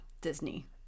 Disney